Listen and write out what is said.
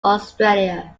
australia